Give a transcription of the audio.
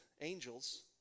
angels